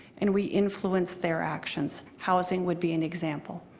and we influence their actions. housing would be an example.